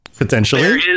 Potentially